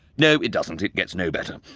no, it doesn't, it gets no better.